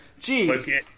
Jeez